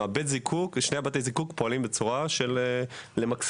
שני בתי הזיקוק פועלים בצורה של מיקסום.